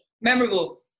Memorable